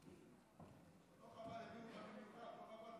לא חבל שהביאו אותה במיוחד?